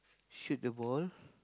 shoot the ball